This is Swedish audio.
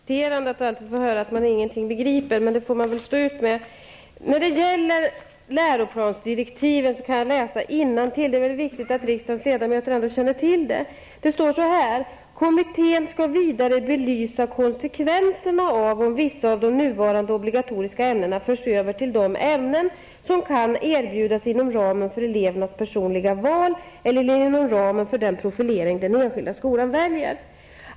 Herr talman! Det är irriterande att få höra att man ingenting begriper, men det får man väl stå ut med. Jag kan läsa innantill i direktiven till läroplansutredningen. Det är viktigt att riksdagens ledamöter känner till detta. I direktiven sägs följande: ''Kommittén skall vidare belysa konsekvenserna av om vissa av de nuvarande obligatoriska ämnena förs över till de ämnen som kan erbjudas inom ramen för elevernas personliga val eller inom ramen för den profilering den enskilda skolan väljer.''